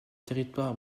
territoire